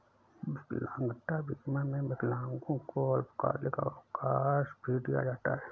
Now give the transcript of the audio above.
विकलांगता बीमा में विकलांगों को अल्पकालिक अवकाश भी दिया जाता है